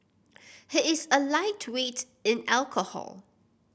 he is a lightweight in alcohol